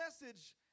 message